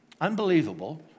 unbelievable